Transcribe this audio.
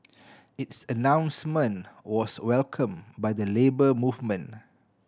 its announcement was welcomed by the Labour Movement